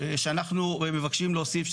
שאנחנו מבקשים להוסיף,